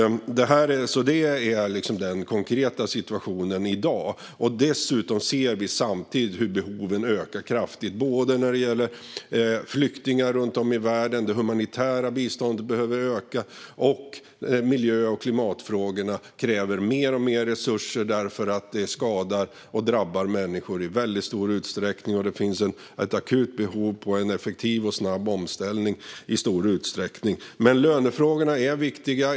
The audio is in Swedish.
Det är den konkreta situationen i dag. Dessutom ser vi hur behoven ökar kraftigt när det gäller flyktingar runt om i världen. Det humanitära biståndet behöver öka. Miljö och klimatfrågorna kräver mer och mer resurser eftersom detta i stor utsträckning skadar och drabbar människor. Det finns ett akut behov av en effektiv och snabb omställning. Men lönefrågorna är viktiga.